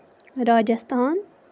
Rajasthan